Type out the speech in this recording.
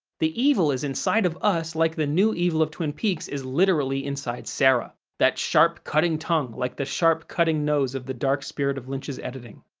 the evil is inside of us like the new evil of twin peaks is literally inside sarah that sharp, cutting tongue, like the sharp, cutting nose of the dark spirit of lynch's editing.